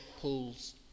pools